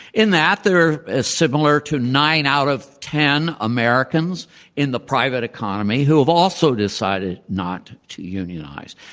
in that, they're ah similar to nine out of ten americans in the private economy who have also decided not to unionize.